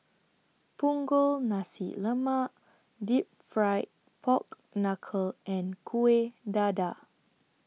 Punggol Nasi Lemak Deep Fried Pork Knuckle and Kueh Dadar